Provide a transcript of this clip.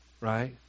Right